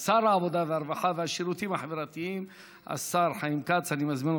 בתמוז התשע"ח, 20 ביוני 2018. אני פותח את